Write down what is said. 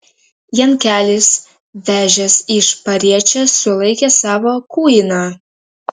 jankelis vežęs iš pariečės sulaikė savo kuiną